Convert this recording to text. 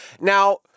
Now